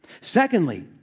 Secondly